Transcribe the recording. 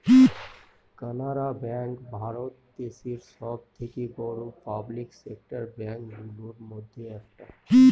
Canara bank Bharat দেশে সব থেকে বড়ো পাবলিক সেক্টর ব্যাঙ্ক গুলোর মধ্যে একটা